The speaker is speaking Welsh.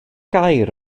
gair